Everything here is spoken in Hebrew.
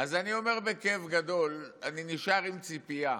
אז אני אומר בכאב גדול שאני נשאר עם ציפייה